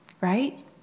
Right